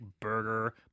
burger